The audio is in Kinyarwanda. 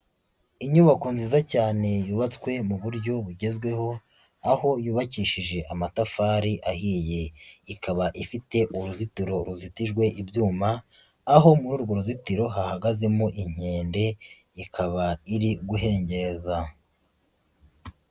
Inyubako nziza cyane yubatswe mu buryo bugezweho, aho yubakishije amatafari ahiye, ikaba ifite uruzitiro ruzitijwe ibyuma, aho muri urwo ruzitiro hahagazemo inkende, ikaba iri guhengereza.